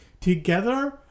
together